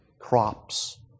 crops